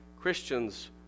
Christians